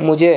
مجھے